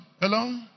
Hello